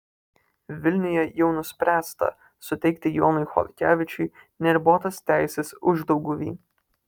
vilniuje jau nuspręsta suteikti jonui chodkevičiui neribotas teises uždauguvy